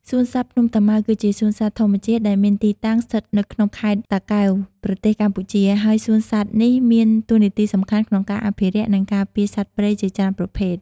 សួនសត្វភ្នំតាម៉ៅ គឺជាសួនសត្វធម្មជាតិដែលមានទីតាំងស្ថិតនៅក្នុងខេត្តតាកែវ ប្រទេសកម្ពុជា ហើយសួនសត្វនេះមានតួនាទីសំខាន់ក្នុងការអភិរក្ស និងការពារសត្វព្រៃជាច្រើនប្រភេទ។